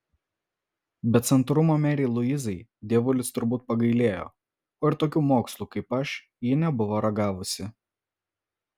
bet santūrumo merei luizai dievulis turbūt pagailėjo o ir tokių mokslų kaip aš ji nebuvo ragavusi